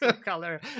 color